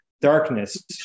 Darkness